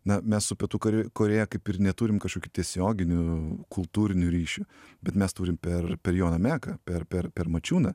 na mes su pietų korėja kaip ir neturim kažkokių tiesioginių kultūrinių ryšių bet mes turim per per joną meką per per per mačiūną